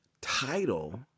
title